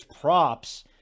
props